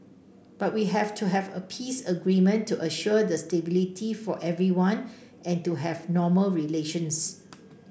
but we have to have a peace agreement to assure the stability for everyone and to have normal relations